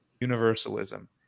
universalism